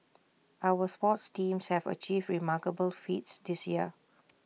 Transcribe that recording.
our sports teams have achieved remarkable feats this year